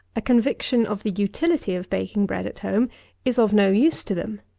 a conviction of the utility of baking bread at home is of no use to them.